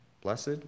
Blessed